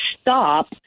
stop